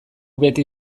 beti